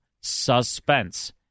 suspense